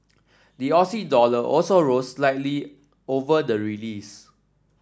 the Aussie dollar also rose slightly over the release